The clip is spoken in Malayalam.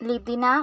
ലിതിന